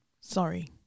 sorry